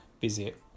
visit